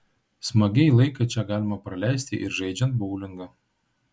smagiai laiką čia galima praleisti ir žaidžiant boulingą